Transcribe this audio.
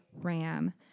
ram